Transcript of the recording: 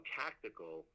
tactical